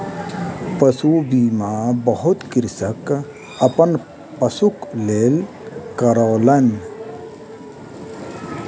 पशु बीमा बहुत कृषक अपन पशुक लेल करौलेन